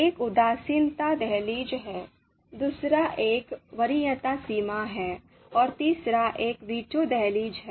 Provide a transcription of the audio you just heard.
एक उदासीनता दहलीज है दूसरा एक वरीयता सीमा है और तीसरा एक वीटो दहलीज है